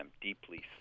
deeply